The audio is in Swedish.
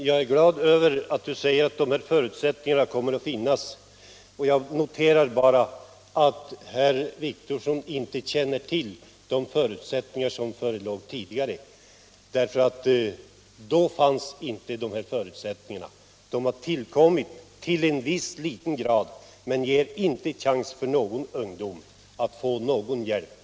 Herr talman! Jag är glad över att dessa förutsättningar kommer att finnas, men jag noterar att herr Wictorsson inte känner till de förutsättningar som förelåg tidigare. Då fanns nämligen inte dessa möjligheter. Nu har de tillkommit i viss, liten grad, men de ger inte chans för någon ungdom att få hjälp.